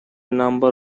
number